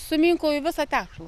suminkau į visą tešlą